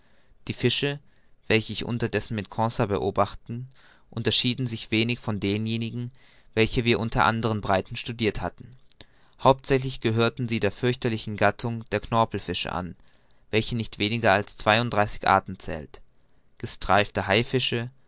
die fische welche ich unterdessen mit conseil beobachtete unterschieden sich wenig von denjenigen welche wir unter anderen breiten studirt hatten hauptsächlich gehörten sie der fürchterlichen gattung der knorpelfische an welche nicht weniger als zweiunddreißig arten zählt gestreifte haifische